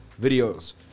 videos